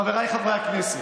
חבריי חברי הכנסת,